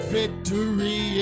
victory